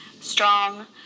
strong